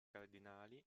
cardinali